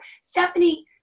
Stephanie